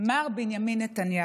מר בנימין נתניהו: